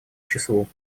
числу